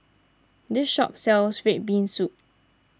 this shop sells Red Bean Soup